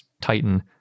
titan